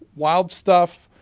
wild stuff,